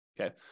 okay